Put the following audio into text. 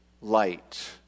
light